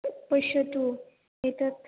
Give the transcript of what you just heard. पश्यतु एतत्